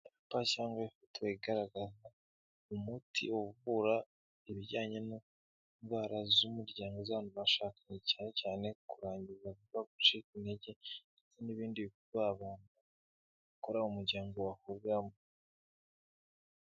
Icyapa cyangwa ifoto igaragaza umuti uvura ibijyanye n'indwara z'umuryango z'abantu bashakanye cyane cyane kurangiza vuba, gucika intege ndetse n'ibindi bi abantu bakora umuryango wabo.